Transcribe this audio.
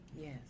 Yes